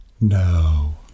No